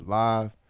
live